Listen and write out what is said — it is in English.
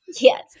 yes